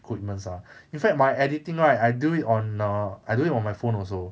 equipments ah in fact my editing now right I do it on err I do it on my phone also